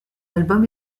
album